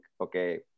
okay